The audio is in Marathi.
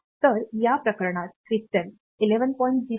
तर या प्रकरणात क्रिस्टल 11